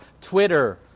Twitter